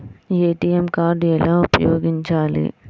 ATM card ఎలా ఉపయోగించాలి?